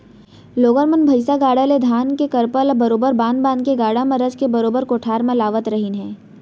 लोगन मन भईसा गाड़ा ले धान के करपा ल बरोबर बांध बांध के गाड़ा म रचके बरोबर कोठार म लावत रहिन हें